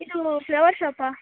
ಇದು ಫ್ಲವರ್ ಷಾಪಾ